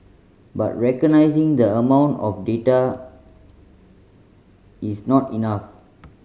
but recognising the amount of data is not enough